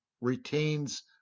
retains